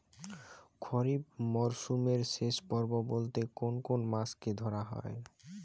খরিপ মরসুমের শেষ পর্ব বলতে কোন কোন মাস কে ধরা হয়?